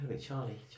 Charlie